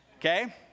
Okay